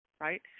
right